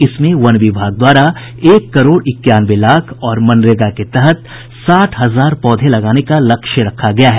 इसमें वन विभाग द्वारा एक करोड़ इक्यानवे लाख और मनरेगा के तहत साठ हजार पौधे लगाने का लक्ष्य रखा गया है